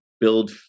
build